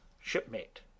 shipmate